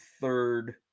third